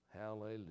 Hallelujah